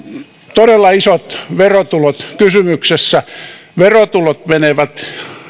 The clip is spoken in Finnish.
todella isot verotulot kysymyksessä verotulot menevät